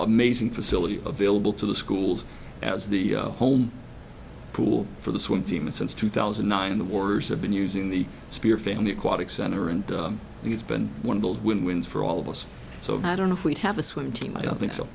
amazing facility available to the schools as the home pool for the swim team and since two thousand and nine the warriors have been using the spear family aquatic center and it's been one of the wins for all of us so i don't know if we'd have a swim team i don't think so